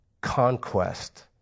conquest